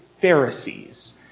Pharisees